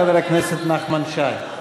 חבר הכנסת נחמן שי.